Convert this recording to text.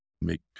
make